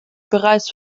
bereits